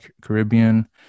caribbean